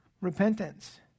repentance